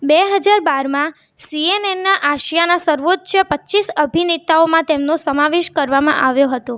બેહજાર બારમાં C N એનના આશિયાના સર્વોચ્ચ પચ્ચીસ અભિનેતાઓમાં તેમનો સમાવેશ કરવામાં આવ્યો હતો